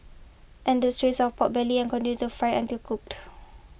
add strips of pork belly continue to fry until cooked